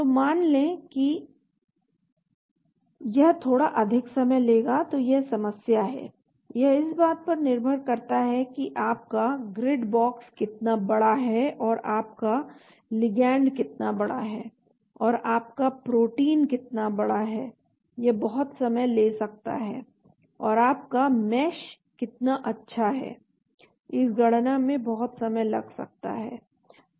तो मान लें कि यह थोड़ा अधिक समय लेगा तो यह समस्या है यह इस बात पर निर्भर करता है कि आपका ग्रिड बॉक्स कितना बड़ा है और आपका लिगैंड कितना बड़ा है और आपका प्रोटीन कितना बड़ा है यह बहुत समय ले सकता है और आपका मेश कितना अच्छा है इस गणना में बहुत समय लग सकता है